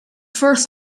first